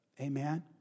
Amen